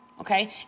okay